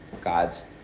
God's